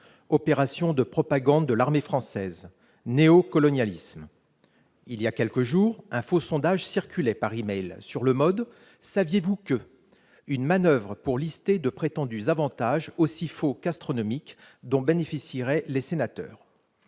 d'opération de propagande de l'armée française, de néo-colonialisme ! Il y a quelques jours, un faux sondage circulait par e-mail sur le mode :« saviez-vous que ?» Cette manoeuvre visait à lister les prétendus avantages, aussi faux qu'astronomiques, dont bénéficieraient les sénateurs.